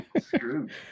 Screwed